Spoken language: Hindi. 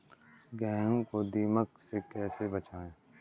गेहूँ को दीमक से कैसे बचाएँ?